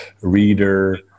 Reader